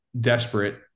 desperate